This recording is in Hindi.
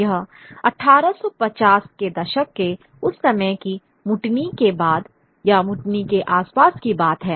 यह 1850 के दशक के उस समय में मुटिनी के बाद या मुटिनी के आसपास की बात है